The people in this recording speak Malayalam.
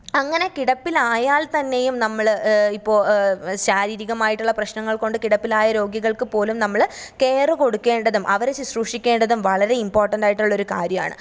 അങ്ങനെ കിടപ്പിലായാല് തന്നെയും നമ്മൾ ഇപ്പൊ ശാരീരികമായിട്ടുള്ള പ്രശ്നങ്ങള് കൊണ്ട് കിടപ്പിലായ രോഗികള്ക്ക് പോലും നമ്മൾ കെയറ് കൊടുക്കേണ്ടതും അവരെ ശുശ്രൂഷിക്കേണ്ടതും വളരെ ഇമ്പോട്ടൻ്റ് ആയിട്ടുള്ള ഒരു കാര്യമാണ്